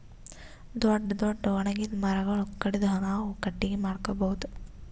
ದೊಡ್ಡ್ ದೊಡ್ಡ್ ಒಣಗಿದ್ ಮರಗೊಳ್ ಕಡದು ನಾವ್ ಕಟ್ಟಗಿ ಮಾಡ್ಕೊಬಹುದ್